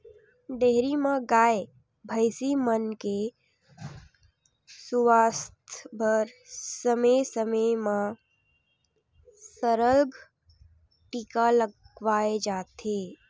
dairy म गाय, भइसी मन के सुवास्थ बर समे समे म सरलग टीका लगवाए जाथे